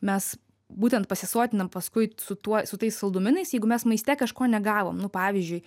mes būtent pasisotinam paskui su tuo su tais saldumynais jeigu mes maiste kažko negavo nu pavyzdžiui